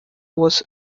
was